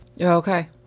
Okay